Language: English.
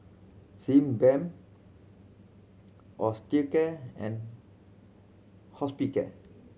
Sebamed Osteocare and Hospicare